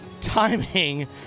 timing